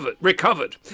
recovered